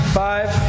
five